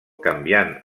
canviant